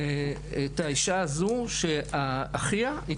את האישה הזו שאחיה,